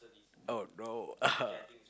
oh no